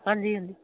ਹਾਂਜੀ ਹਾਂਜੀ